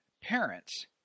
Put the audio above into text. parents